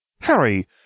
Harry